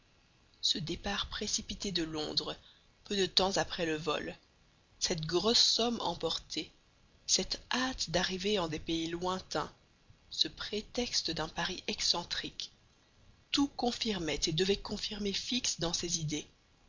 ce départ précipité de londres peu de temps après le vol cette grosse somme emportée cette hâte d'arriver en des pays lointains ce prétexte d'un pari excentrique tout confirmait et devait confirmer fix dans ses idées